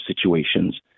situations